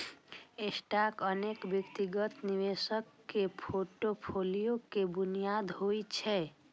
stock अनेक व्यक्तिगत निवेशक के फोर्टफोलियो के बुनियाद होइ छै